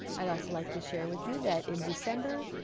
i'd also like to share with you that in december,